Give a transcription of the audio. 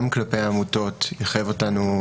גם כלפי העמותות זה יחייב אותנו